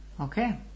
Okay